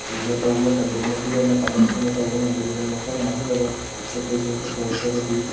ꯁꯤꯡꯗꯣ ꯇꯧꯕ ꯃꯇꯝꯗ ꯏꯅꯔꯖꯤ ꯂꯩꯅ ꯄꯥꯡꯒꯜ ꯊꯣꯛꯅ ꯇꯧꯕ ꯉꯝꯗꯣꯔꯤꯕꯅꯤ ꯃꯈꯣꯏꯅ ꯃꯍꯩ ꯃꯔꯣꯡ ꯄꯣꯠ ꯆꯩꯁꯤꯡ ꯄꯨꯊꯣꯔꯛꯇ꯭ꯔꯕꯗꯤ